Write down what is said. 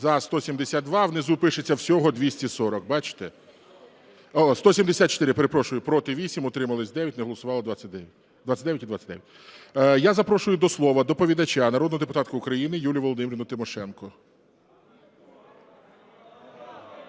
За – 172, а внизу пишеться – всього 240, бачите? 174, перепрошую. Проти – 8, утрималися – 9, не голосувало – 29. Я запрошую до слова доповідача – народну депутатку України Юлію Володимирівну Тимошенко.